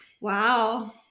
Wow